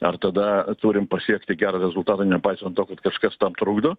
ar tada turim pasiekti gero rezultato nepaisant to kad kažkas tam trukdo